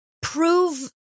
prove